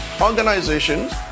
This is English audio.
organizations